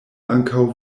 ankaŭ